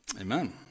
Amen